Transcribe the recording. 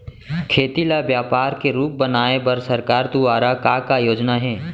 खेती ल व्यापार के रूप बनाये बर सरकार दुवारा का का योजना हे?